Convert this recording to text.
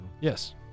Yes